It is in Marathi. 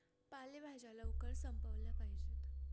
पालेभाज्या लवकर संपविल्या पाहिजेत